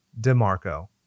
DeMarco